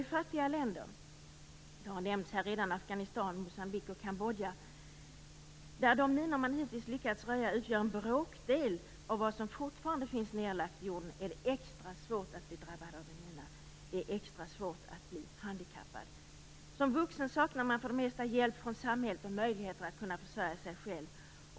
I fattiga länder - här har redan nämnts Afghanistan, Moçambique och Kambodja - där de minor man hittills lyckats röja utgör en bråkdel av vad som fortfarande finns nedlagt i jorden är det extra svårt att bli drabbad av en mina och att bli handikappad. Som vuxen saknar man för det mesta hjälp från samhället och möjligheter att försörja sig själv.